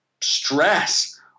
stress